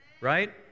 right